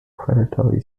predatory